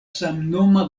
samnoma